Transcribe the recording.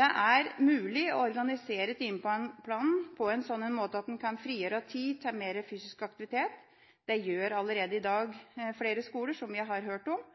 Det er mulig å organisere timeplanen på en slik måte at man kan frigjøre tid til mer fysisk aktivitet – det gjør allerede i dag flere skoler, som vi har hørt om